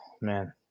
man